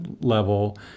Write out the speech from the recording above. level